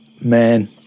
man